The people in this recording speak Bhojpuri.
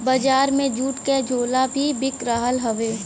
बजार में जूट क झोला भी बिक रहल हउवे